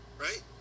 right